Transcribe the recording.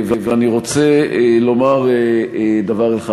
אני רוצה לומר דבר אחד.